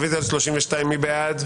רביזיה על 28. מי בעד?